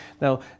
Now